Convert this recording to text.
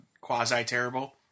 quasi-terrible